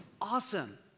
awesome